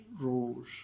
rose